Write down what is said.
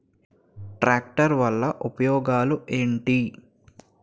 Tractor వల్ల ఉపయోగాలు ఏంటీ?